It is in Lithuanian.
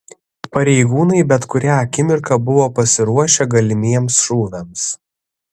pareigūnai bet kurią akimirką buvo pasiruošę galimiems šūviams